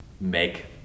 make